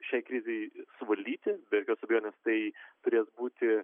šiai krizei suvaldyti be jokios abejonės tai turės būti